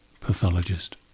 pathologist